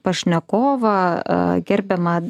pašnekovą gerbiamą